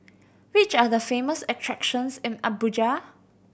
which are the famous attractions in Abuja